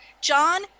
John